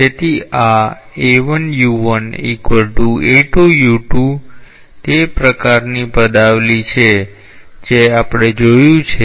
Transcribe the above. તેથી આ તે પ્રકારની પદાવલી છે જે આપણે જોયું છે